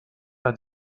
par